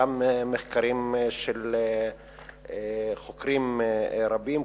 גם מחקרים של חוקרים רבים,